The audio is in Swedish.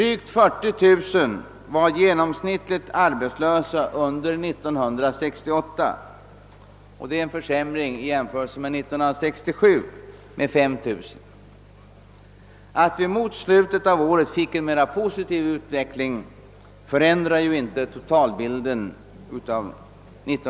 I genomsnitt var drygt 40 000 arbetslösa under 1968, vilket innebär en försämring med 5000 jämfört med 1967. Att vi mot slutet av året fick en mera positiv utveckling förändrar ju inte totalbilden.